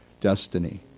destiny